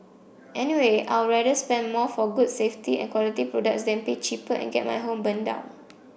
anyway I'd rather spend more for good safety and quality products than pay cheaper and get my home burnt down